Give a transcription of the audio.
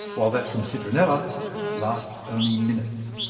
while that from citronella lasts only minutes.